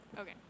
Okay